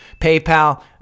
PayPal